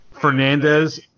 Fernandez